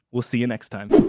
we'll see you next time.